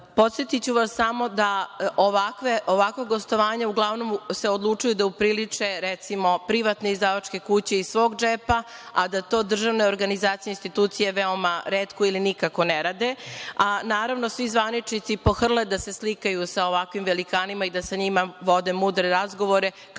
projekte. Podsetiću vas samo da ovakvo gostovanje uglavnom se odlučuju da upriliče, recimo, privatne izdavačke kuće iz svog džepa, a da to državne organizacije, institucije veoma retko ili nikako ne radi, a naravno svi zvaničnici pohrle da se slikaju sa ovakvim velikanima i da sa njima vode mudre razgovore